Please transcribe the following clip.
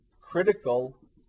critical